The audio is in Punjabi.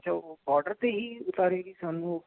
ਜੋ ਬੋਰਡਰ 'ਤੇ ਹੀ ਉਤਾਰੇਗੀ ਸਾਨੂੰ